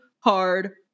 hard